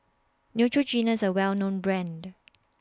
Neutrogena IS A Well known Brand